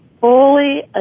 fully